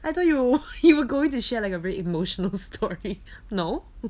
I thought you were you were going to share like a very emotional story